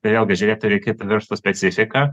todėl prižiūrėtojai reikėtų verslo specifiką